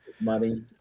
money